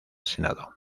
senado